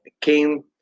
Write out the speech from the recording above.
came